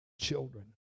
children